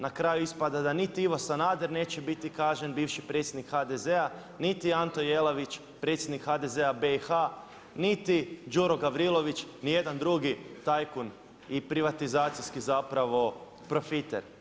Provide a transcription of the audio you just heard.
Na kraju ispada da niti Ivo Sanader neće biti kažnjen, bivši predsjednik HDZ-a, niti Anto Jelavić, predsjednik HDZ-a BiH, niti Đuro Gavrilović, ni jedan drugi tajkun i privatizacijski zapravo profiter.